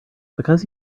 because